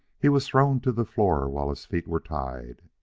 he was thrown to the floor while his feet were tied,